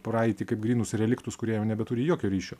praeitį kaip grynus reliktus kurie jau nebeturi jokio ryšio